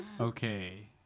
Okay